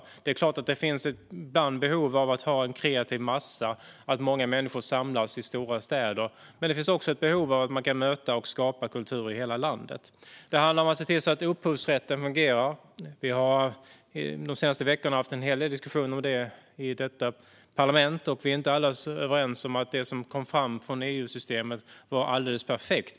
Det är klart att det ibland finns ett behov av att ha en kreativ massa och att många människor samlas i stora städer. Men det finns också ett behov av att man kan möta och skapa kultur i hela landet. Det handlar om att se till att upphovsrätten fungerar. Vi har de senaste veckorna haft en hel del diskussioner om det i detta parlament. Vi är inte alla överens om att det som kom fram från EU-systemet var alldeles perfekt.